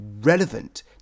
relevant